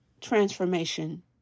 transformation